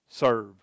Serve